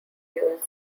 years